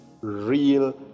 Real